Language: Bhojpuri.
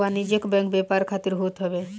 वाणिज्यिक बैंक व्यापार खातिर होत हवे